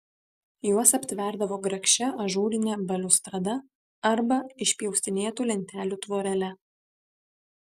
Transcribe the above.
juos aptverdavo grakščia ažūrine baliustrada arba išpjaustinėtų lentelių tvorele